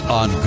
on